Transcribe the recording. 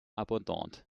abondante